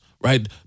right